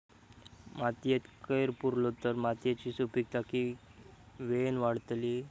मातयेत कैर पुरलो तर मातयेची सुपीकता की वेळेन वाडतली?